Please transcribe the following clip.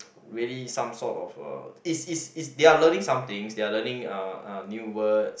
really some sort of uh is is is they are learning something they are learning uh new words